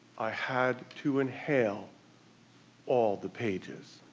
i had to inhale all the pages.